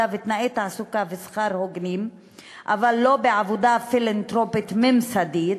ותנאי תעסוקה ושכר הוגנים ולא בעבודה פילנתרופית ממסדית,